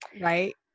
Right